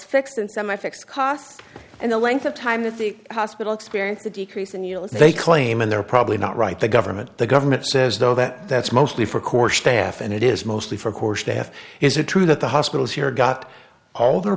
costs and the length of time that the hospital experienced a decrease and you know they claim and they're probably not right the government the government says though that that's mostly for core staff and it is mostly for course they have is it true that the hospitals here got